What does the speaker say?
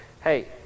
hey